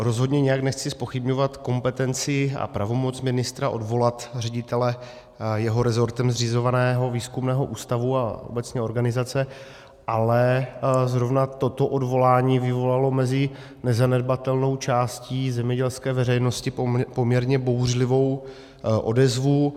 Rozhodně nijak nechci zpochybňovat kompetenci a pravomoc ministra odvolat ředitele jeho resortem zřizovaného výzkumného ústavu a obecně organizace, ale zrovna toto odvolání vyvolalo mezi nezanedbatelnou částí zemědělské veřejnosti poměrně bouřlivou odezvu.